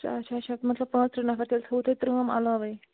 اچھ اچھا اچھا مطلب پَنٛژترٛہ نفر تیٚلہِ تھاوَو تۄہہِ ترامۍ علاوٕے